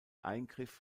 eingriff